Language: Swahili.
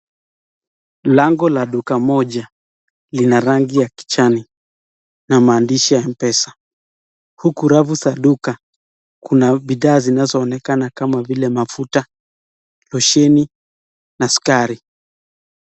Lango la duka moja lina rangi ya kijani na maandishi ya M-PESA uku rafu za duka kuna bidhaa zinazoonekana kama vile mafuta, losheni na sukari.